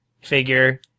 figure